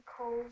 cold